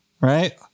right